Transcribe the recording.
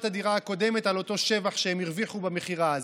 הדירה הקודמת על אותו שבח שהם הרוויחו במכירה הזאת.